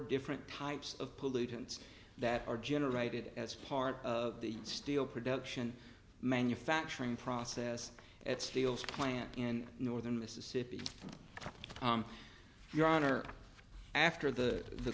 different types of pollutants that are generated as part of the steel production manufacturing process at steeles plant in northern mississippi your honor after the the